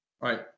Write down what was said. right